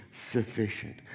Sufficient